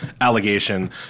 allegation